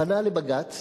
פנה לבג"ץ